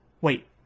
Wait